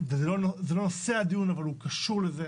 וזה לא נושא הדיון אבל הוא קשור לזה: